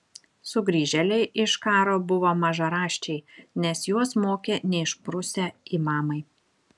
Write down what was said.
sugrįžėliai iš karo buvo mažaraščiai nes juos mokė neišprusę imamai